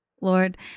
Lord